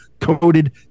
coated